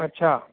अच्छा